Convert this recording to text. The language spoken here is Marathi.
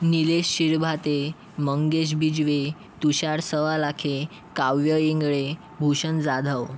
नीलेश शिळभाते मंगेश बिजवे तुषार सवालाखे काव्य इंगळे भूषण जाधव